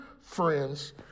friends